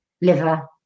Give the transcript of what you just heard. liver